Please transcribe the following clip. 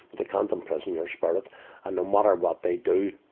they can't imprison your spirit. and no matter what they do,